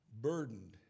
burdened